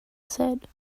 said